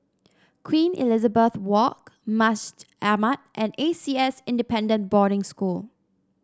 Queen Elizabeth Walk Masjid Ahmad and A C S Independent Boarding School